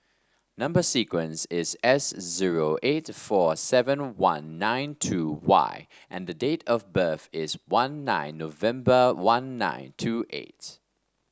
number sequence is S zero eight four seven one nine two Y and the date of birth is one nine November one nine two eight